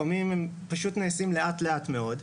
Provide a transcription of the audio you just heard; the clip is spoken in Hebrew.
הם פשוט נעשים לאט לאט מאוד.